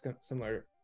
similar